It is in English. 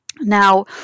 Now